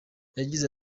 yagize